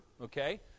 okay